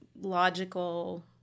logical